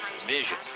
vision